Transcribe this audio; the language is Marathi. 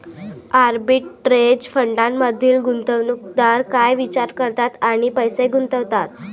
आर्बिटरेज फंडांमधील गुंतवणूकदार काय विचार करतात आणि पैसे गुंतवतात?